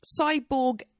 cyborg